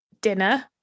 dinner